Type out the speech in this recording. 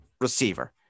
receiver